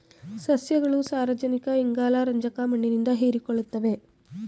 ಸಸ್ಯಗಳು ಸಾರಜನಕ ಇಂಗಾಲ ರಂಜಕ ಮಣ್ಣಿನಿಂದ ಹೀರಿಕೊಳ್ಳುತ್ತವೆ